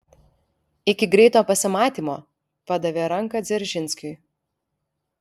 iki greito pasimatymo padavė ranką dzeržinskiui